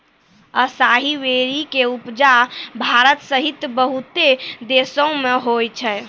असाई वेरी के उपजा भारत सहित बहुते देशो मे होय छै